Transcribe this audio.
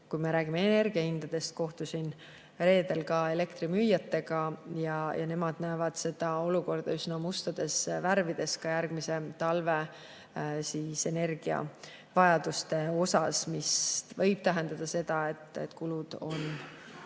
Kui me räägime energiahindadest, siis ma kohtusin reedel elektrimüüjatega ja nemad näevad seda olukorda üsna mustades värvides ka järgmise talve energiavajaduste osas. See võib tähendada seda, et kulud on